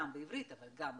גם בעברית, אבל גם ברוסית,